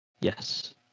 Yes